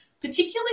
particularly